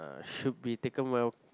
should be taken well